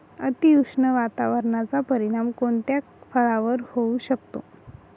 अतिउष्ण वातावरणाचा परिणाम कोणत्या फळावर होऊ शकतो?